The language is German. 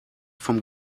vom